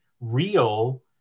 real